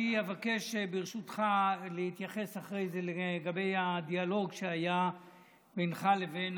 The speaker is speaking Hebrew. אני אבקש ברשותך להתייחס אחרי זה לדיאלוג שהיה בינך לבין